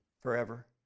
forever